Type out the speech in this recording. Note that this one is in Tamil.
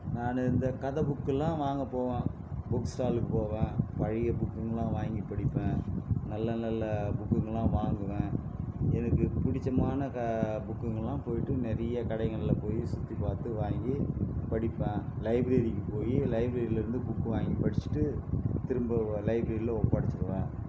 நான் இந்த கதை புக்கெல்லாம் வாங்க போவேன் புக் ஸ்டால் போவேன் பழைய புக்குங்கலாம் வாங்கி படிப்பேன் நல்ல நல்ல புக்குங்கலாம் வாங்குவேன் எனக்கு பிடிச்சமான க புக்குங்கலாம் போய்விட்டு நிறைய கடைங்களில் போய் சுற்றி பார்த்து வாங்கி படிப்பேன் லைப்ரரிக்கு போயி லைப்ரரிலிருந்து புக்கு வாங்கி படிச்சுட்டு திரும்ப லைப்ரரியில் ஒப்படைச்சிடுவேன்